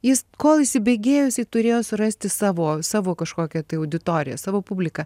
jis kol įsibėgėjo jisai turėjo surasti savo savo kažkokią tai auditoriją savo publiką